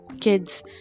kids